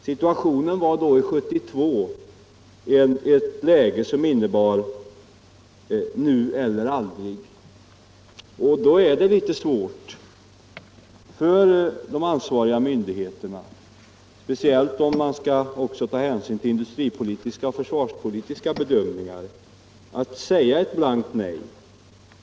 Situationen var då, 1972, i ett läge som innebar ”nu eller aldrig”. Därför var det litet svårt för de ansvariga myndigheterna — speciellt om hänsyn skulle tas också till industripolitiska och försvarspolitiska bedömningar — att säga ett blankt nej.